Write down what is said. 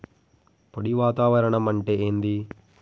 పొడి వాతావరణం అంటే ఏంది?